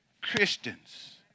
Christians